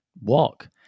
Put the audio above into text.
walk